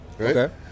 Okay